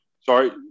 Sorry